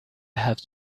have